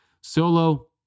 Solo